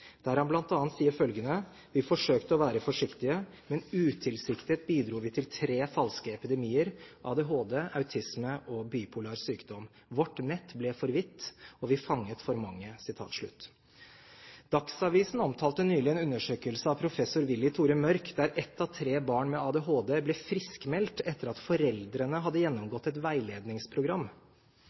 der han bl.a. sier følgende: Vi forsøkte å være forsiktige, men utilsiktet bidro vi til tre falske epidemier: ADHD, autisme og bipolar sykdom. Vårt nett ble for vidt, og vi fanget for mange. Dagsavisen omtalte nylig en undersøkelse av professor Willy-Tore Mørch, der ett av tre barn med ADHD ble «friskmeldt» etter at foreldrene hadde gjennomgått et veiledningsprogram.